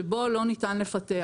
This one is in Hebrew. שבו לא ניתן לפתח.